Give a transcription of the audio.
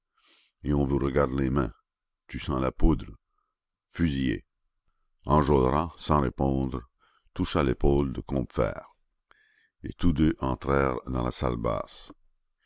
et on vous regarde les mains tu sens la poudre fusillé enjolras sans répondre toucha l'épaule de combeferre et tous deux entrèrent dans la salle basse